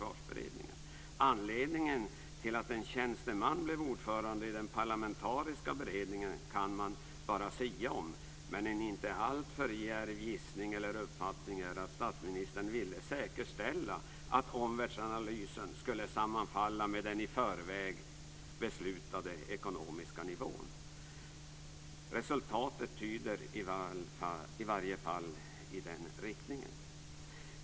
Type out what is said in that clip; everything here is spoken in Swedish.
Anledningen till att en tjänsteman blev ordförande i den parlamentariska beredningen kan man bara sia om. Men en inte alltför djärv gissning eller uppfattning är att statsministern ville säkerställa att omvärldsanalysen skulle sammanfalla med den i förväg beslutade ekonomiska nivån. Resultatet tyder i varje fall på detta.